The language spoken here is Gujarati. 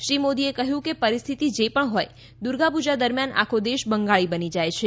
શ્રી મોદી એ કહ્યું કે પરિસ્થિતિ જે પણ હોય દુર્ગાપૂજા દરમિયાન આખો દેશ બંગાળી બની જાય છે